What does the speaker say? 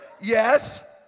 Yes